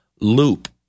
loop